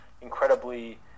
incredibly